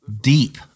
deep